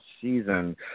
season